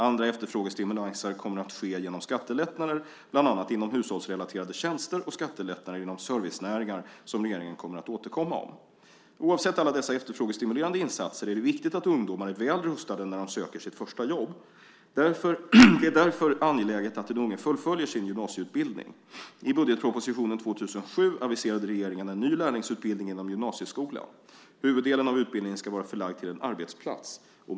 Andra efterfrågestimulanser kommer att ske genom skattelättnader bland annat inom hushållsrelaterade tjänster och skattelättnader inom servicenäringar som regeringen kommer att återkomma om. Oavsett alla dessa efterfrågestimulerande insatser är det viktigt att ungdomar är väl rustade när de söker sitt första jobb. Det är därför angeläget att den unge fullföljer sin gymnasieutbildning. I budgetpropositionen 2007 aviserade regeringen en ny lärlingsutbildning inom gymnasieskolan. Huvuddelen av utbildningen ska vara förlagd till en arbetsplats.